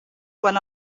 quan